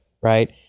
right